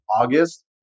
August